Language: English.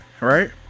right